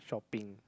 shopping